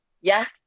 yes